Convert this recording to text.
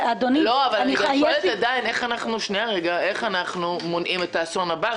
אני שואלת עדיין איך אנחנו מונעים את האסון הבא.